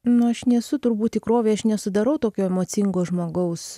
nu aš nesu turbūt tikrovėj aš nesudarau tokio emocingo žmogaus